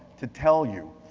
to tell you.